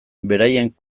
beraien